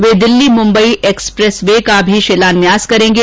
वे Delhi Mumbai expressway का भी शिलान्यास करेंगे